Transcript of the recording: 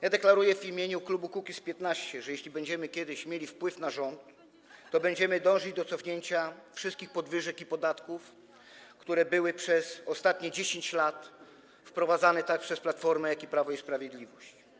Ja deklaruję w imieniu klubu Kukiz’15, że jeśli będziemy kiedyś mieli wpływ na rząd, to będziemy dążyć do cofnięcia wszystkich podwyżek i podatków, które były przez ostatnie 10 lat wprowadzane zarówno przez Platformę, jak i przez Prawo i Sprawiedliwość.